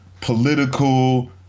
political